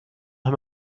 him